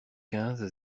quinze